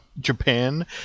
japan